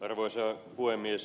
arvoisa puhemies